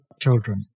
children